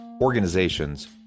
organizations